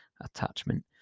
attachment